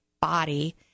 body